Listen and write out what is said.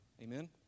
Amen